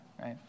right